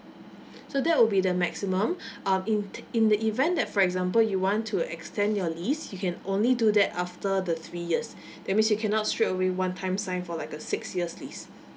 so that will be the maximum um in t~ in the event that for example you want to extend your lease you can only do that after the three years that means you cannot straight away one time sign for like a six years lease